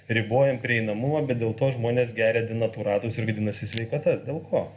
ribojam prieinamumą bet dėl to žmonės geria denatūratus ir gadinasi sveikatas dėl ko